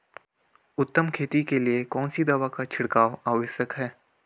उत्तम खेती के लिए कौन सी दवा का छिड़काव आवश्यक है?